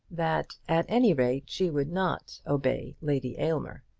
that at any rate she would not obey lady aylmer.